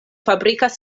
fabrikas